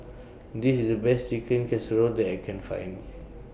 This IS The Best Chicken Casserole that I Can Find